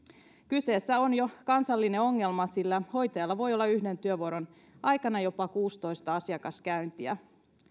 kyseessä on jo kansallinen ongelma sillä hoitajalla voi olla yhden työvuoron aikana jopa kuusitoista asiakaskäyntiä